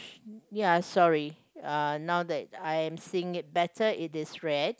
ya sorry uh now that I am seeing it better it is red